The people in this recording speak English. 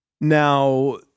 Now—